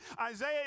Isaiah